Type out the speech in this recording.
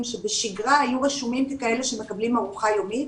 שבשגרה היו רשומים ככאלה שמקבלים ארוחה יומית,